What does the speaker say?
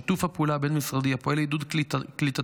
שיתוף הפעולה הבין-משרדי הפועל לעידוד קליטתם